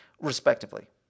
respectively